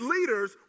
leaders